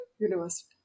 university